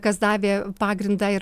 kas davė pagrindą ir